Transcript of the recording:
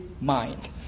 mind